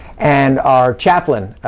and our chaplain,